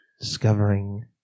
discovering